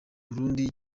burundi